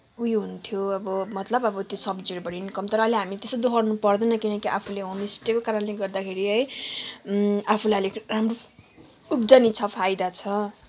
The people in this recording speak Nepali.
उयो हुन्थ्यो अब मतलब अब त्यो सब्जीहरूबाट इन्कम तर अहिले हामी त्यस्तो दुःख गर्नुपर्दैन किनकि आफूले होमस्टेको कारणले गर्दाखेरि है आफूलाई अलिक राम्रो उब्जनी छ फाइदा छ